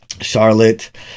charlotte